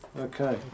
Okay